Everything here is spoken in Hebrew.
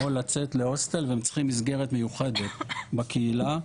או לצאת להוסטל והם צריכים מסגרת מיוחדת בקהילה.